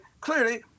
Clearly